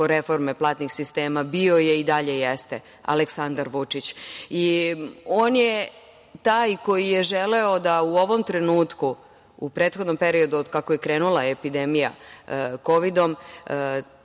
reforme platnih sistema, bio je i dalje jeste Aleksandar Vučić. On je taj koji je želeo da u ovom trenutku, u prethodnom periodu, od kako je krenula epidemija Kovidom,